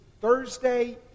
Thursday